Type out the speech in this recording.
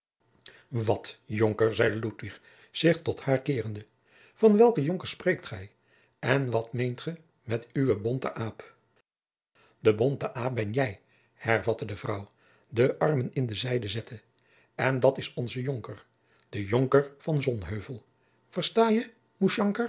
wat jonker zeide ludwig zich tot haar keerende van welken jonker spreekt gij en wat meent ge met uwen bonten aap de bonte aap ben jij hervatte de vrouw de armen in de zijde zettende en dat is onze jonker de jonker van sonheuvel versta je